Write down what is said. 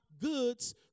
goods